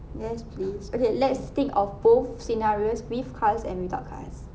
yes please okay let's think of both scenarios with cars and without cars